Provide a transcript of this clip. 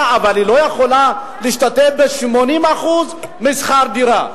אבל היא לא יכולה להשתתף ב-80% משכר הדירה.